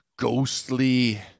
Ghostly